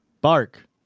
Bark